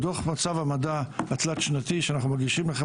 בדוח מצב המדע התלת-שנתי שאנחנו מגישים לכם